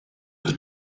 was